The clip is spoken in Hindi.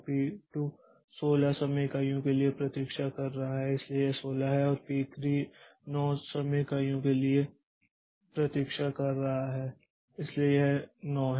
P2 16 समय इकाइयों के लिए प्रतीक्षा कर रहा है इसलिए यह 16 है और P3 9 समय इकाई के लिए प्रतीक्षा कर रहा है इसलिए यह 9 है